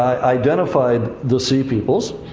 identified the sea peoples.